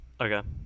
Okay